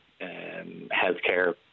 healthcare